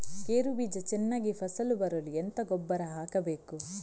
ಗೇರು ಬೀಜ ಚೆನ್ನಾಗಿ ಫಸಲು ಬರಲು ಎಂತ ಗೊಬ್ಬರ ಹಾಕಬೇಕು?